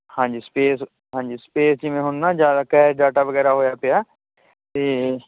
ਹਾਂਜੀ ਸਪੇਸ ਹਾਂਜੀ ਸਪੇਸ ਜਿਵੇਂ ਹੁਣ ਨਾ ਜ਼ਿਆਦਾ ਕੈਸ਼ ਡਾਟਾ ਵਗੈਰਾ ਹੋਇਆ ਪਿਆ ਅਤੇ